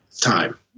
time